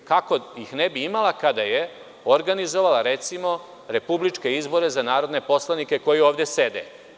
Kako ih ne bi imala kada je organizovala, recimo, republičke izbore za narodne poslanike koji ovde sede?